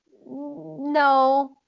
No